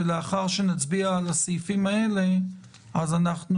ולאחר שנצביע על הסעיפים האלה אז אנחנו